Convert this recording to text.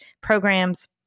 programs